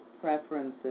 preferences